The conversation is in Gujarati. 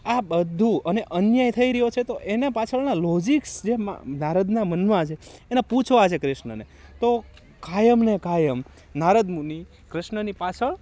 આ બધું અને અન્યાય થઈ રહ્યો છે તો એના પાછળના લૉજિકસ જેમાં નારદના મનમાં છે એને પૂછવા છે કૃષ્ણને તો કાયમ ને કાયમ નારદમુનિ કૃષ્ણની પાછળ